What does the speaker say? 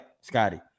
Scotty